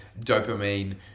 dopamine